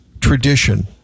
tradition